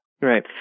Right